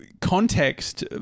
context